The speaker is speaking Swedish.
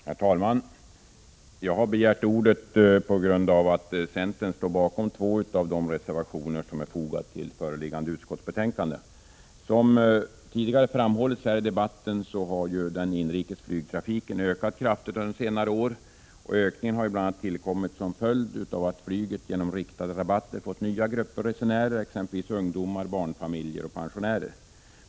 Herr talman! Jag har begärt ordet med anledning av att centern står bakom två av de reservationer som är fogade till föreliggande utskottsbetänkande. Som tidigare framhållits här i debatten har inrikesflygtrafiken ökat kraftigt under senare år. Ökningen har bl.a. varit en följd av att flyget genom riktade rabatter fått nya grupper av resenärer, exempelvis ungdomar, barnfamiljer och pensionärer.